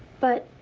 but.